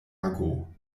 ago